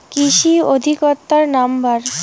কৃষি অধিকর্তার নাম্বার?